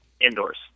indoors